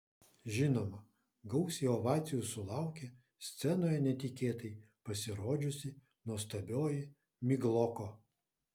žinoma gausiai ovacijų sulaukė scenoje netikėtai pasirodžiusi nuostabioji migloko